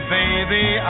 baby